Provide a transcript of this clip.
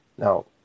Now